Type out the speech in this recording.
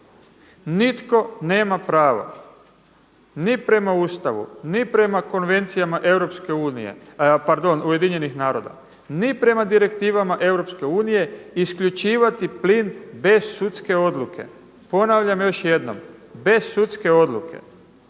Nitko nema pravo ni prema Ustavu, ni prema konvencijama UN-a, ni prema direktivama EU isključivati plin bez sudske odluke. Ponavljam još jednom, bez sudske odluke